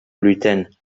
gluten